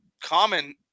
common –